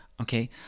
Okay